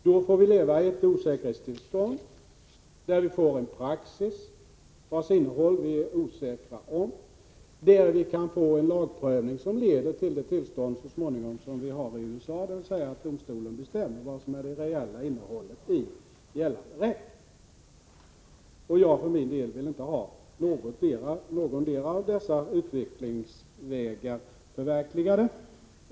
Då måste vi leva i ett osäkerhetstillstånd, där vi får en praxis vars innehåll vi är osäkra om och där vi kan få en lagprövning som så småningom leder till det tillstånd som råder i USA, dvs. att domstolen bestämmer vad som är det reella innehållet i gällande rätt. Jag vill för min del inte ha någondera av dessa utvecklingsvägar förverkligade.